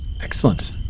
Excellent